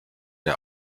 der